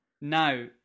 Now